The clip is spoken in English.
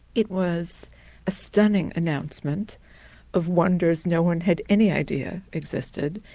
it was a stunning announcement of wonders no one had any idea existed.